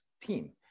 team